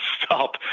stop